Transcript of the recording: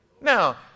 Now